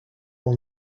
will